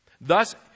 Thus